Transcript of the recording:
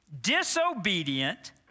disobedient